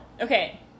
Okay